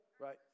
right